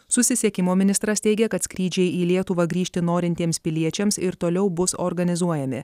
susisiekimo ministras teigė kad skrydžiai į lietuvą grįžti norintiems piliečiams ir toliau bus organizuojami